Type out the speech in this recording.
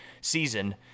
season